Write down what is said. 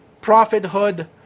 prophethood